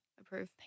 Approve